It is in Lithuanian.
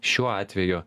šiuo atveju